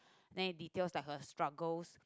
then it details like her struggles